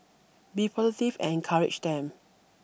be positive and encourage them